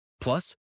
Plus